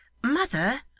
mother!